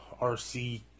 RC